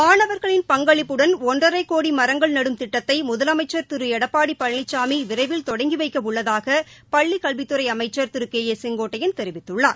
மாணவர்களின் பங்களிப்புடன் ஒன்றரை கோடி மரங்கள் நடும் திட்டத்தை முதலமைச்ச் திரு எடப்பாடி பழனிசாமி விரைவில் தொடங்கி வைக்க உள்ளதாக பள்ளிக் கல்வித்துறை அமைச்ச் திரு கே ஏ செங்கோட்டைய்ன தெரிவித்துள்ளார்